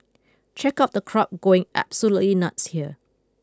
check out the crowd going absolutely nuts here